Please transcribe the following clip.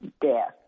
death